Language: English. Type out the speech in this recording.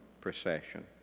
procession